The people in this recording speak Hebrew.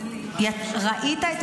ראית אותו?